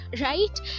right